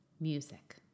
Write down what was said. music